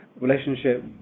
relationship